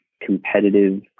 competitive